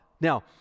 Now